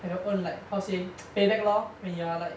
have your own like how to say payback lor when you're like